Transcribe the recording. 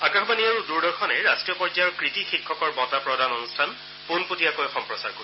আকাশবাণী আৰু দূৰদৰ্শনে ৰাষ্ট্ৰীয় পৰ্যায়ৰ কৃতী শিক্ষকৰ বঁটা প্ৰদান অনুষ্ঠান পোনপটীয়াকৈ সম্প্ৰচাৰ কৰিব